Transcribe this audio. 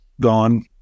gone